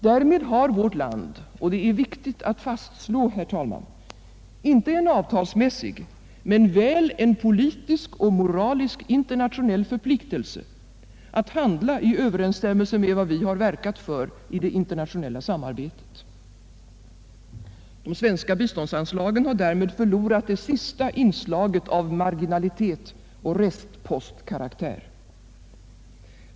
Därmed har vårt land — och detta är viktigt att fastslå — inte en avtalsmässig men väl en politisk och moralisk internationell förpliktelse att handla i överensstämmelse med vad vi har verkat för i det internationella samarbetet. De svenska biståndsanslagen har förlorat det sista inslaget av marginalitet och restpostkaraktär.